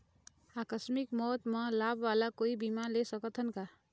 आकस मिक मौत म लाभ वाला कोई बीमा ले सकथन का?